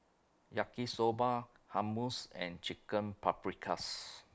Yaki Soba Hummus and Chicken Paprikas